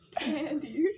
candy